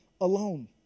alone